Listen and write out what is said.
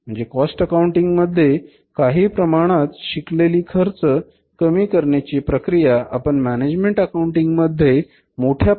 म्हणजे cost accounting मध्ये काहीप्रमाणात शिकलेली खर्च कमी करण्याची प्रक्रिया आपण मॅनेजमेंट अकाउंटिंग मध्ये मोठ्या प्रमाणावर शिकणार आहोत